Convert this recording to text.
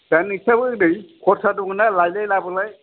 दा नोंस्राबो हनै खरसा दंना लांलाय लाबोलाय